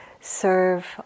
serve